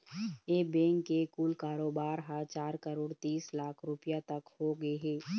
ए bank के कुल कारोबार ह चार करोड़ तीस लाख रूपिया तक होगे हे